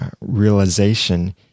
realization